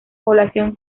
población